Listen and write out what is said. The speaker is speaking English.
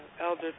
Elder